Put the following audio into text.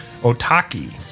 Otaki